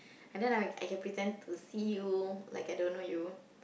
and then I I can pretend to see you like I don't know you